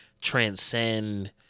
transcend